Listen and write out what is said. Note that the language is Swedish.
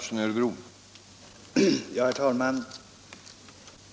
Herr talman!